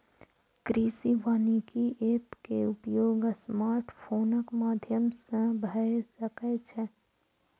कृषि वानिकी एप के उपयोग स्मार्टफोनक माध्यम सं भए सकै छै